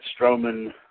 Strowman